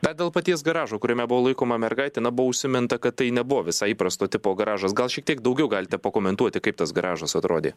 dar dėl paties garažo kuriame buvo laikoma mergaitė na buvo užsiminta kad tai nebuvo visai įprasto tipo garažas gal šiek tiek daugiau galite pakomentuoti kaip tas garažas atrodė